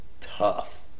Tough